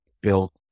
built